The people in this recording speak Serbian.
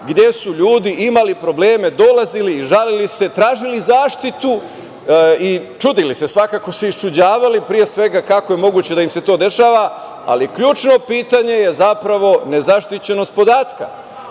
gde su ljudi imali probleme, dolazili, žalili se, tražili zaštitu i čudili ste, iščuđavali se pre svega kako je moguće da im se to dešava. Ključno pitanje je zapravo nezaštićenost podatka.